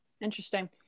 Interesting